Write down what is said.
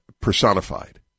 personified